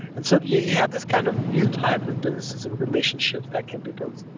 and so you have this kind of new type of businesses and relationships that can be built.